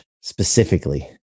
specifically